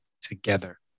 together